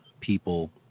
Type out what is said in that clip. people